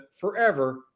forever